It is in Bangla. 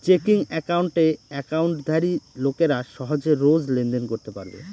চেকিং একাউণ্টে একাউন্টধারী লোকেরা সহজে রোজ লেনদেন করতে পারবে